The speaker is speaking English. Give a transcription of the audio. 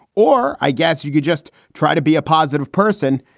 or i guess you could just try to be a positive person,